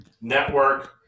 Network